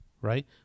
right